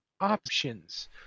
options